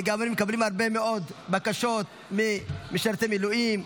גם אנו מקבלים הרבה מאוד בקשות ממשרתי מילואים,